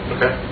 Okay